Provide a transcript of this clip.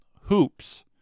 hoops